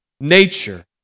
nature